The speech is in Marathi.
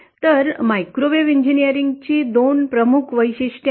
तर मायक्रोवेव्ह इंजिनीअरिंगची 2 प्रमुख वैशिष्ट्ये आहेत